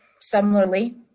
similarly